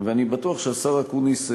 ואני בטוח שהשר אקוניס,